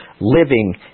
living